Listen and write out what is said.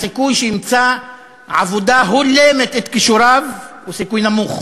הסיכוי שימצא עבודה ההולמת את כישוריו הוא סיכוי נמוך.